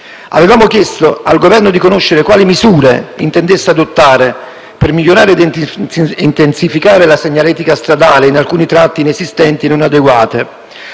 Avevamo chiesto al Governo di conoscere quali misure intendesse adottare per migliorare e intensificare la segnaletica stradale in alcuni tratti inesistente o non adeguata;